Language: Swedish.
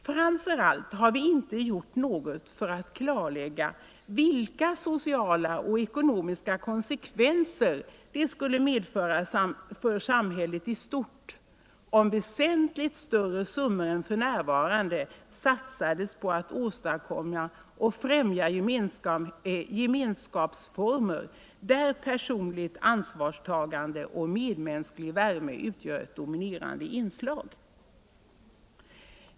Framför allt har engagemang vi inte gjort något för att klarlägga vilka sociala och ekonomiska konsekvenser det skulle kunna medföra för samhället i stort, om väsentligt större summor än för närvarande satsades på att åstadkomma och främja gemenskapsformer där personligt ansvarstagande och medmänsklig värme utgör ett dominerande inslag.